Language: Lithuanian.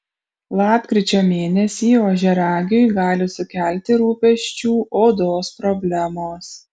lapkričio mėnesį ožiaragiui gali sukelti rūpesčių odos problemos